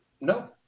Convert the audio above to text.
No